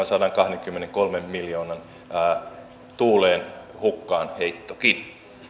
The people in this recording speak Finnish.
sadankahdenkymmenenkolmen miljoonan tuuleen hukkaanheittokin